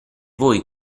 voi